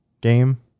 game